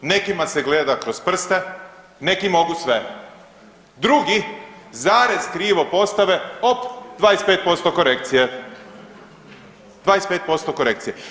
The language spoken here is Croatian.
Nekima se gleda kroz prste, neki mogu sve, drugi zarez krivo postave, op, 25% korekcije, 25% korekcije.